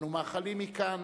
אנו מאחלים מכאן